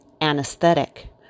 anesthetic